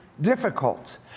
difficult